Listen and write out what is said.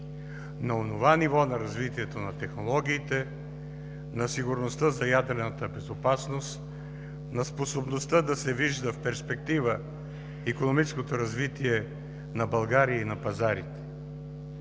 на онова ниво на развитието на технологиите, на сигурността за ядрената безопасност, на способността да се вижда в перспектива икономическото развитие на България и на пазарите?!